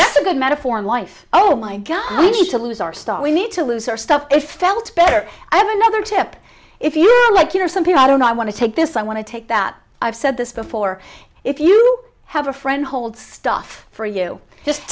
was a good metaphor in life oh my god i need to lose our stock we need to lose our stuff it felt better i have another tip if you like you know something i don't know i want to take this i want to take that i've said this before if you have a friend hold stuff for you just